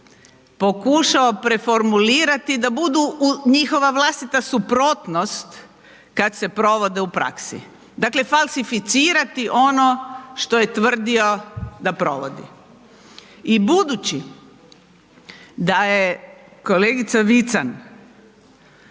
pokušao preformulirati da budu njihova vlastita suprotnost kad se provode u praksi, dakle, falsificirati ono što je tvrdio da provodi. I budući da je kolegica Vican